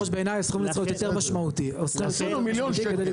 בעיניי זה לא משמעותי מיליון.